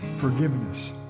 forgiveness